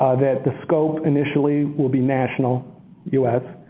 that the scope initially will be national u s,